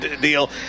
deal